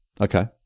Okay